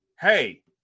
hey